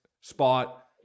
spot